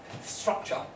structure